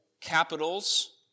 capitals